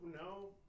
no